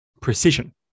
precision